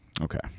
Okay